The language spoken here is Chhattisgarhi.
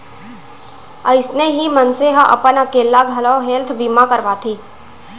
अइसने ही मनसे ह अपन अकेल्ला घलौ हेल्थ बीमा करवाथे